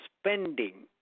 spending